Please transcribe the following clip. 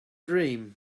dream